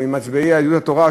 ממצביעי יהדות התורה,